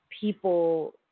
people